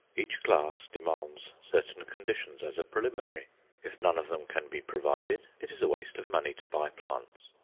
each class demands certain conditions as a preliminary if none of them can be provided, it is a waste of money to buy plants.